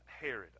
Herod